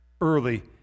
early